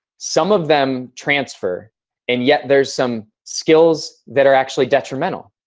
some of them transfer and yet there are some skills that are actually detrimental.